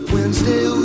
Wednesday